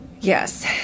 Yes